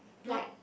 like